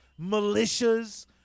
militias